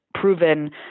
proven